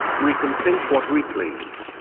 we can think what we please,